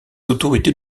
autorités